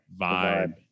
vibe